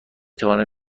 توانم